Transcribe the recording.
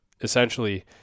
essentially